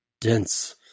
dense